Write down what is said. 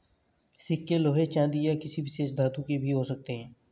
सिक्के लोहे चांदी या किसी विशेष धातु के भी हो सकते हैं